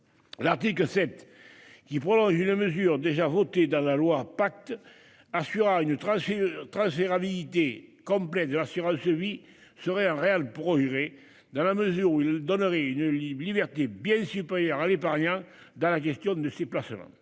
que cette qui prolonge une mesure déjà votée dans la loi pacte. Assurera une tragédie transférabilité complète de l'assurance vie serait un réel progrès dans la mesure où il donnerait une lib liberté bien supérieur à l'épargnant dans la gestion de ses placements.